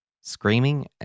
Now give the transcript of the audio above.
Screaming